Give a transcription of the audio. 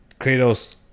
Kratos